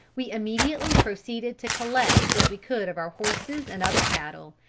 we immediately proceeded to collect what we could of our horses and other cattle,